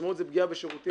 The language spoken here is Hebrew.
המשמעות זה פגיעה בשירותים.